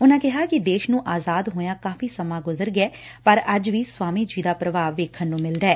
ਉਨਾ ਕਿਹਾ ਕਿ ਦੇਸ ਨੂੰ ਆਜਾਦ ਹੋਇਆ ਕਾਫੀ ਸਮਾ ਗੁਜਰ ਗਿਐ ਪਰ ਅੱਜ ਵੀ ਸਵਾਮੀ ਜੀ ਦਾ ਪ੍ਰਭਾਵ ਵੇਖਣ ਨੂੰ ਮਿਲਦੈ